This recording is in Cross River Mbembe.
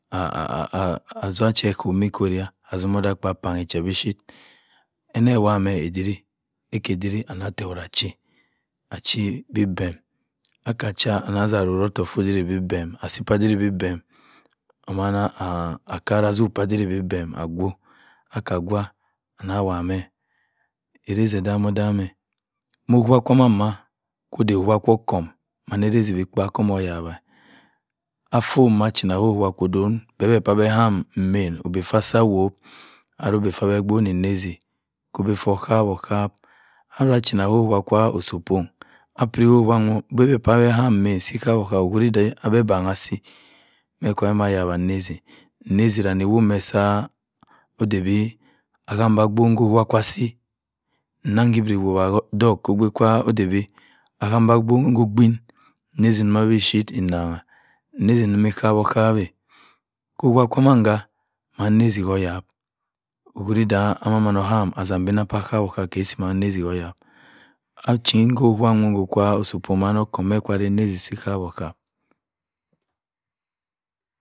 asa-ache omikoria. nni ediei. eke diri nna achi. achi bi-bem akah acha adeb roto ottok fu diri biden. asi peh diri biden amana akara atuk pab dui bi bem akwo. aka kwa ayame arese edem-edem 'm. machi okwa kwu mani kwe ode okwa kwu okum afuma achina se okwe kwe odun beh-beh boh akam obi fu asi asum ama yene obi fu asi asum ama yene obi fu beh mma bona erese ka obi-fu osaph-osaph. abara achina se okwuwa kwa osopong apiri se okwuwa nwo beh boh akam erese okwiri beh beh bang asi ke kwa beh ma maya erese. erese bana ewo me swap ode-bi okam beh abon sa okwu kwa asi eneng kubira okwa okpei kwu ode bhe akam beh abon ku obin ere se ndo ma chip. erese ndo ma ekap-okap weh. ko okwuwa kamanga ma-erese ku kwan okwiri beh ama-mana okam. achin sa okwu wa wo kwe osopong amana okum ya kwa osopong amana okum ya kwa ase 'n rase kwa ka-wu-okam